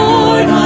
Lord